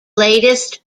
latest